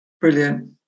brilliant